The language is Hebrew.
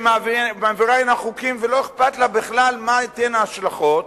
ומעבירה הנה חוקים ולא אכפת לה בכלל מה תהיינה ההשלכות,